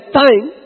time